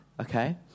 okay